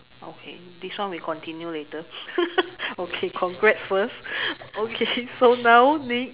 okay this one we continue later okay congrats first okay so now next